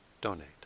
donate